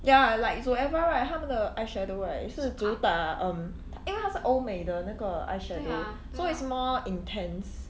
ya like Zoeva right 它们的 eyeshadow right 是主打 um 因为它是欧美的那个 eyeshadow so it's more intense